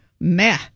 Meh